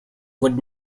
would